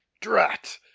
Drat